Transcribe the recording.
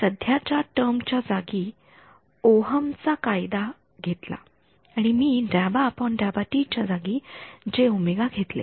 मी सध्याच्या टर्म च्या जागी ओहम चा कायदा घेतला आणि मी च्या जागी घेतले